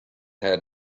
had